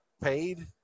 paid